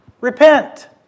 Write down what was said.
repent